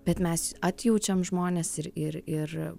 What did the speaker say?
bet mes atjaučiam žmones ir ir ir